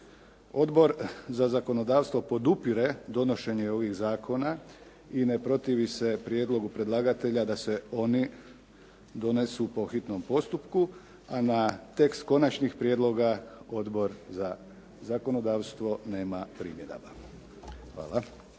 Odbor za zakonodavstvo podupire donošenje ovih zakona i ne protivi se prijedlogu predlagatelja da se oni donesu po hitnom postupku, a na tekst konačnih prijedloga, Odbor za zakonodavstvo nema primjedaba. Hvala.